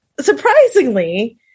surprisingly